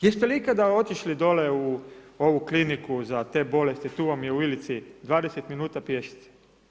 Jeste li ikada otišli dole u ovu kliniku za te bolesti, tu vam je u Ilici 20 minuta pješice?